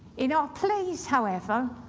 in our plays, however,